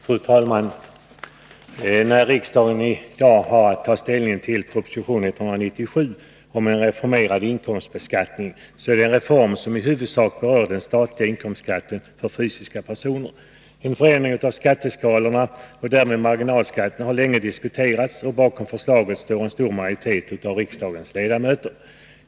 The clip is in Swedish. Fru talman! Riksdagen har i dag att ta ställning till proposition 197 om en reformerad inkomstbeskattning. Det är en reform som i huvudsak berör den statliga inkomstskatten för fysiska personer. En förändring av skatteskalorna och därmed marginalskatten har länge diskuterats, och bakom förslaget står en stor majoritet av riksdagens ledamöter.